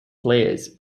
players